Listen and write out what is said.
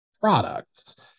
products